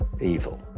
evil